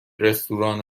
رستوران